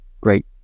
great